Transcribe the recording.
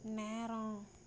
நேரம்